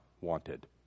wanted